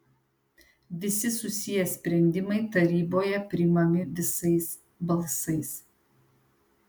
visi susiję sprendimai taryboje priimami visais balsais